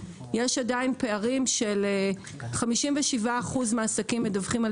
יש עדיין פערים של 57% מהעסקים מדווחים על